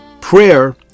Prayer